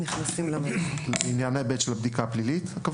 הכוונה היא לענייני ב' של הבדיקה הפלילית?